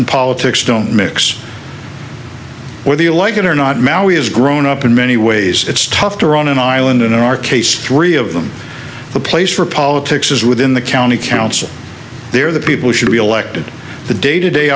foresman politics don't mix whether you like it or not maui has grown up in many ways it's tough to run an island in our case three of them the place for politics is within the county council there the people should be elected the day to day